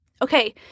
Okay